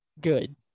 Good